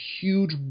huge